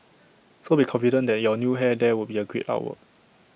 so be confident that your new hair there would be A great artwork